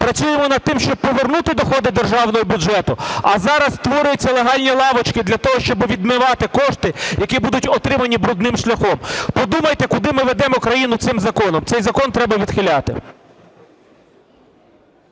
працюємо над тим, щоб повернути доходи до державного бюджету, а зараз створюються легальні лавочки для того, щоби відмивати кошти, які будуть отримані брудним шляхом. Подумайте, куди ми ведемо країну цим законом! Цей закон треба відхиляти.